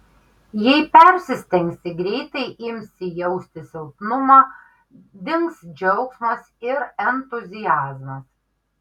jei persistengsi greitai imsi jausti silpnumą dings džiaugsmas ir entuziazmas